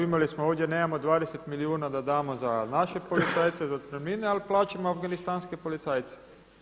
Imali smo ovdje, nemamo 20 milijuna da damo za naše policajce za otpremnine, ali plaćamo afganistanske policajce.